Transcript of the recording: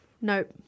Nope